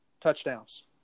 touchdowns